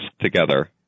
together